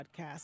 podcast